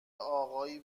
آقای